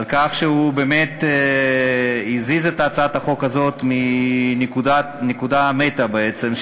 על כך שהוא באמת הזיז את הצעת החוק מנקודה מתה בעצם,